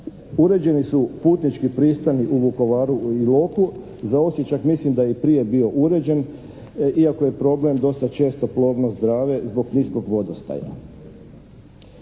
Uređeni su putnički pristani u Vukovaru, u Iloku, za Osijek čak mislim da je i prije bio uređen iako je problem dosta često plovnost Drave zbog niskog vodostaja.